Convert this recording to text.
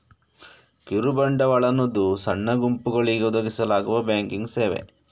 ಕಿರು ಬಂಡವಾಳ ಅನ್ನುದು ಸಣ್ಣ ಗುಂಪುಗಳಿಗೆ ಒದಗಿಸಲಾಗುವ ಬ್ಯಾಂಕಿಂಗ್ ಸೇವೆ